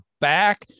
back